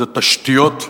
וזה תשתיות,